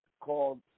called